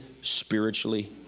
spiritually